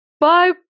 Bye